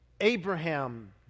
Abraham